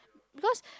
because